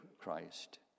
Christ